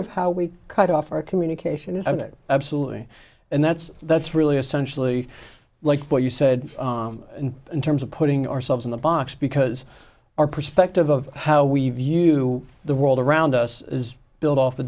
of how we cut off our communication isn't it absolutely and that's that's really essentially like what you said in terms of putting ourselves in the box because our perspective of how we view the world around us is built off the